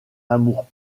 amour